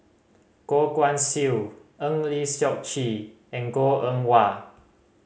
Goh Guan Siew Eng Lee Seok Chee and Goh Eng Wah